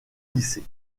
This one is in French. lycée